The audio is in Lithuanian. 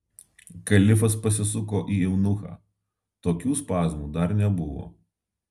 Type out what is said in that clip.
kalifas pasisuko į eunuchą tokių spazmų dar nebuvo